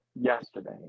yesterday